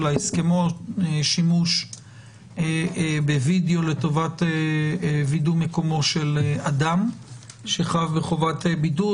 השימוש בווידאו לטובת וידוא מקומו של אדם שחב בחובת בידוד.